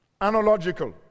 Analogical